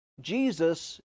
Jesus